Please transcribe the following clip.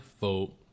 vote